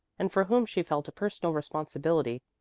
and for whom she felt a personal responsibility,